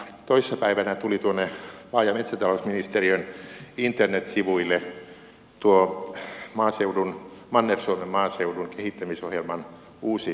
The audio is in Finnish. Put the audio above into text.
toissa päivänä tuli maa ja metsätalousministeriön internetsivuille tuo manner suomen maaseudun kehittämisohjelman uusi versio